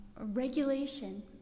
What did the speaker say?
regulation